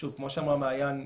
כמו שאמרה מעיין,